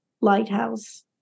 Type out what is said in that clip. lighthouse